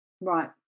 Right